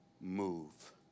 move